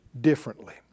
differently